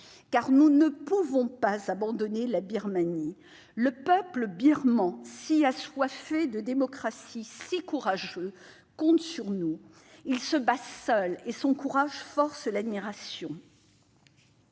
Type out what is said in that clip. Nous ne pouvons pas abandonner ce pays. Le peuple birman, si assoiffé de démocratie, si courageux, compte sur nous. Il se bat seul et son courage force l'admiration.